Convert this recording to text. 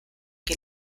que